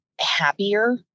happier